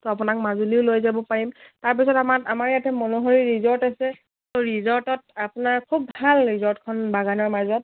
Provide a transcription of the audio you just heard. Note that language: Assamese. ত' আপোনাক মাজুলীও লৈ যাব পাৰিম তাৰপিছত আমাৰ আমাৰ ইয়াতে মনোহৰি ৰিজৰ্ট আছে ত' ৰিজৰ্টত আপোনাৰ খুব ভাল ৰিজৰ্টখন বাগানৰ মাজত